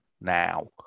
now